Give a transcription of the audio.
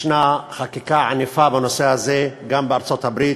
ישנה חקיקה ענפה בנושא הזה גם בארצות-הברית,